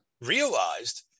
realized